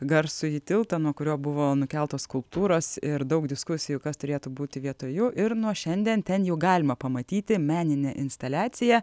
garsųjį tiltą nuo kurio buvo nukeltos skulptūros ir daug diskusijų kas turėtų būti vietoj jų ir nuo šiandien ten jau galima pamatyti meninę instaliaciją